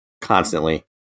constantly